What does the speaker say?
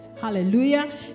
hallelujah